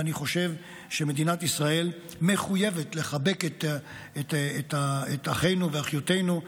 ואני חושב שמדינת ישראל מחויבת לחבק את אחינו ואחיותינו,